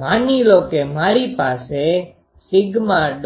માની લો કે મારી પાસે Σwn1